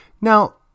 Now